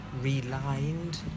relined